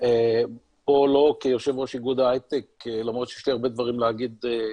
פה לא כיו"ר איגוד ההייטק למרות שיש לי הרבה דברים להגיד,